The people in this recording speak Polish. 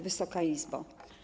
Wysoka Izbo!